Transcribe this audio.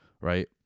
right